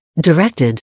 directed